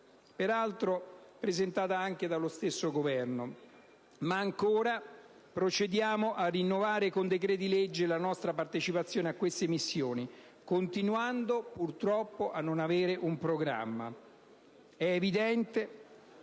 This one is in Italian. peraltro presentata dallo stesso Governo), ma ancora procediamo a rinnovare con decreti legge la nostra partecipazione a queste missioni, continuando purtroppo a non avere un programma! È evidente